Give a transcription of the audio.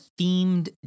themed